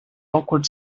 awkward